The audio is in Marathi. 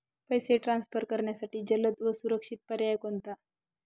पैसे ट्रान्सफर करण्यासाठी जलद व सुरक्षित पर्याय कोणता?